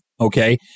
Okay